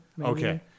Okay